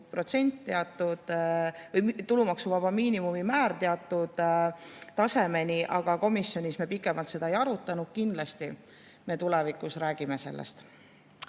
Lihtsalt külmutatakse tulumaksuvaba miinimumi määr teatud tasemeni. Aga komisjonis me pikemalt seda ei arutanud. Kindlasti me tulevikus räägime sellest.